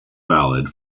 valid